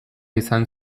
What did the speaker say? izan